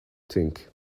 think